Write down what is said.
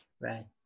Right